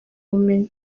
ubumenyi